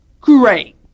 Great